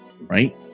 Right